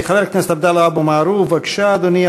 חבר הכנסת עבדאללה אבו מערוף, בבקשה, אדוני.